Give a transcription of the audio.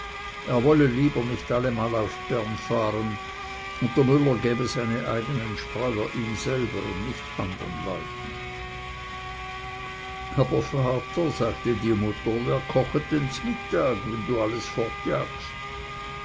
er wollte lieber nicht allemal auf bern fahren und der müller gäbe seine eigenen spreuer ihm selber und nicht andern leuten aber vater sagte die mutter wer kochet dann zmittag wenn du alles fortjagst